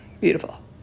Beautiful